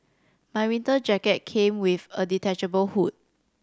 my winter jacket came with a detachable hood